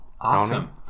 Awesome